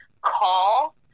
call